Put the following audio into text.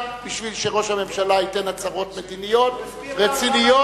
בשביל שראש הממשלה ייתן הצהרות מדיניות רציניות,